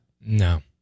No